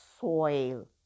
soil